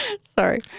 Sorry